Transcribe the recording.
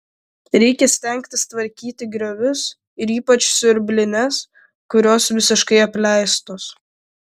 reikia stengtis tvarkyti griovius ir ypač siurblines kurios visiškai apleistos